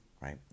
right